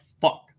fuck